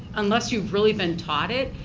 unless you really been taught it,